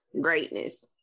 greatness